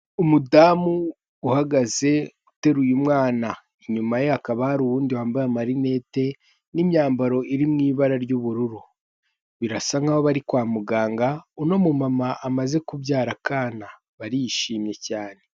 Umudamu uhagaze uteruye umwana inyuma ye hakaba hari uwundi wambaye amarinete n'imyambaro iri mu ibara ry'ubururu, birasa nkaho bari kwa muganga uno mu mama amaze kubyara akana barishimye cyane.